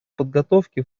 подготовки